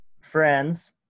friends